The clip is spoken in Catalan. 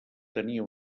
tenia